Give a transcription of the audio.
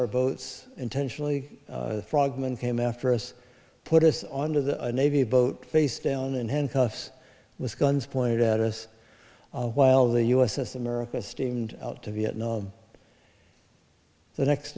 our boats intentionally frogmen came after us put us on to the navy boat face down in handcuffs with guns pointed at us while the u s s america steamed out of vietnam the next